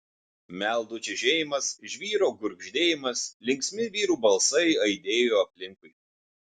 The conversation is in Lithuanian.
meldų čežėjimas žvyro gurgždėjimas linksmi vyrų balsai aidėjo aplinkui